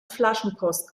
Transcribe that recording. flaschenpost